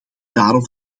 daarom